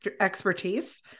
expertise